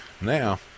Now